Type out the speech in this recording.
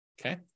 Okay